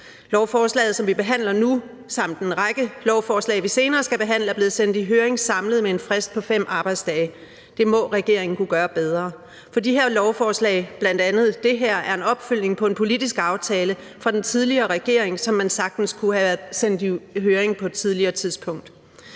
Lovforslaget, som vi behandler nu, samt en række lovforslag, vi senere skal behandle, er blevet sendt i høring samlet med en frist på 5 arbejdsdage. Det må regeringen kunne gøre bedre, for de her lovforslag, bl.a. det her, er opfølgning på en politisk aftale fra den tidligere regering, som man sagtens kunne have sendt i høring på et tidligere tidspunkt.